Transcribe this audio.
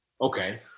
Okay